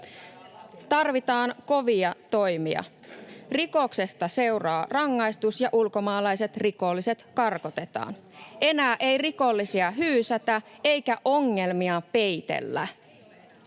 Tarvitaan kovia toimia: rikoksesta seuraa rangaistus, ja ulkomaalaiset rikolliset karkotetaan. Enää ei rikollisia hyysätä eikä ongelmia peitellä.